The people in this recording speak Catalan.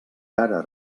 cara